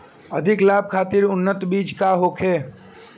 अधिक लाभ खातिर उन्नत बीज का होखे?